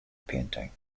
painting